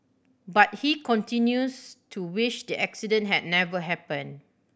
but he continues to wish the accident had never happened